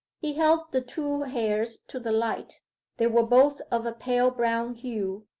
he held the two hairs to the light they were both of a pale-brown hue.